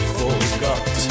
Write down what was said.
forgot